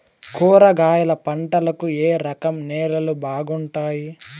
కూరగాయల పంటలకు ఏ రకం నేలలు బాగుంటాయి?